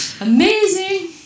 amazing